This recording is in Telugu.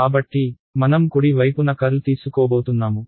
కాబట్టి మనం కుడి వైపున కర్ల్ తీసుకోబోతున్నాము